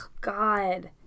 God